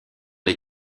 les